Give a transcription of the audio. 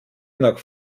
nach